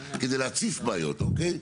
כדי להציף בעיות אוקיי,